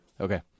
Okay